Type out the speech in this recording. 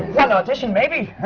one audition, maybe,